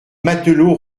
matelots